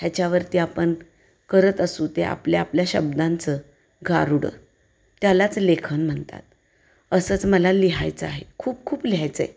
ह्याच्यावरती आपण करत असू ते आपल्या आपल्या शब्दांचं गारुड त्यालाच लेखन म्हणतात असंच मला लिहायचं आहे खूप खूप लिहायचं आहे